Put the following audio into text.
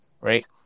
Right